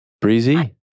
Breezy